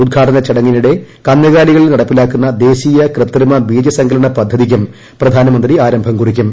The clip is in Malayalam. ഉദ്ഘാടന ചടങ്ങിനിടെ കന്നുകാലികളിൽ നടപ്പിലാക്കുന്ന ദേശീയ കൃത്രിമ ബീജസങ്കലന പദ്ധതിക്കും പ്രധാനമന്ത്രി ആരംഭം കുറിക്കും